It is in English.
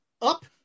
Up